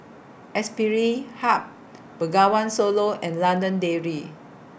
Aspire Hub Bengawan Solo and London Dairy